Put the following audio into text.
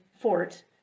fort